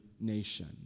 nation